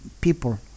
people